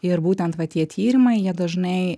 ir būtent va tie tyrimai jie dažnai